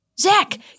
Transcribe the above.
Zach